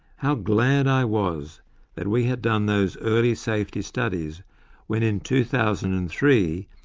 how glad i was that we had done those early safety studies when, in two thousand and three,